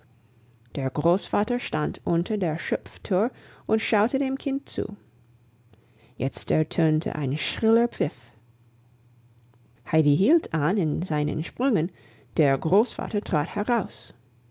der großvater stand unter der schopftür und schaute dem kind zu jetzt ertönte ein schriller pfiff heidi hielt an in seinen sprüngen der großvater trat heraus